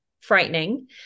frightening